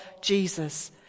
Jesus